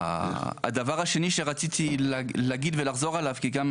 הדבר השני שרציתי להגיד ולחזור עליו כי גם